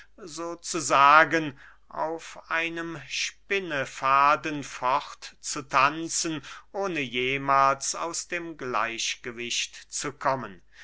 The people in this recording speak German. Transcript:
so zu sagen auf einem spinnefaden fortzutanzen ohne jemahls aus dem gleichgewicht zu kommen